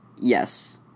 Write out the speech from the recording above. Yes